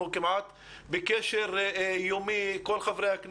כל חברי הכנסת כמעט בקשר יומי איתך,